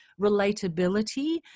relatability